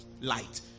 Light